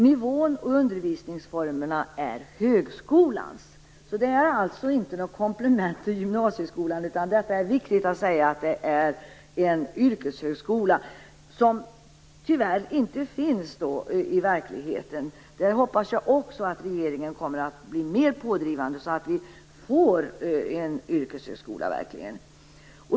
Nivån och undervisningsformerna är högskolans. Det är alltså inte något komplement till gymnasieskolan. Det är viktigt att säga att det är en yrkeshögskola som tyvärr inte finns i verkligheten. Jag hoppas också att regeringen kommer att bli mer pådrivande så att vi får en yrkeshögskola här.